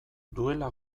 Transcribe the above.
duela